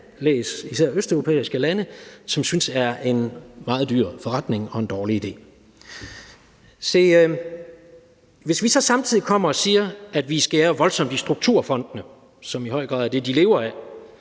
læs: især østeuropæiske lande – som synes, det er en meget dyr forretning og en dårlig idé. Hvis vi så samtidig kommer og siger, at vi skærer voldsomt i strukturfondene, som i høj grad er det, de lever af,